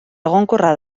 egonkorra